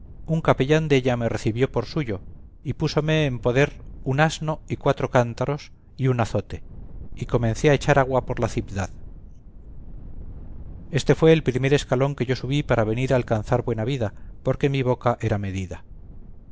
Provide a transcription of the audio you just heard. un capellán della me recibió por suyo y púsome en poder un asno y cuatro cántaros y un azote y comencé a echar agua por la cibdad éste fue el primer escalón que yo subí para venir a alcanzar buena vida porque mi boca era medida